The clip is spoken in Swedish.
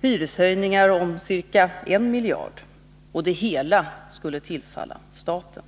hyreshöjningar om ca 1 miljard, och det hela skulle tillfalla staten.